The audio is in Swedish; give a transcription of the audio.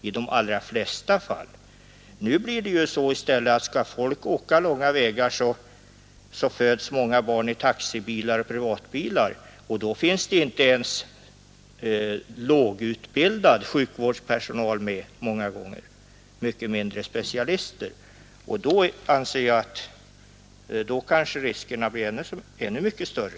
Om nu folk skall åka långa vägar blir det i stället så att det kommer att födas många barn i taxibilar och i privatbilar, och då finns det ju inte ens lågutbildad sjukvårdspersonal, mycket mindre specialister, varför riskerna kan bli ännu mycket större.